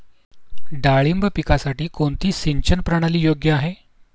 डाळिंब पिकासाठी कोणती सिंचन प्रणाली योग्य आहे?